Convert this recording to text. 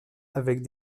avec